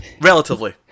Relatively